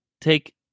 take